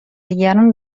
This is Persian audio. دیگران